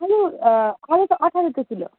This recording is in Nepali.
आलु आलु त अठार रुपियाँ किलो